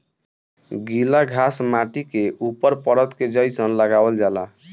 गिला घास माटी के ऊपर परत के जइसन लगावल जाला